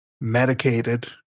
medicated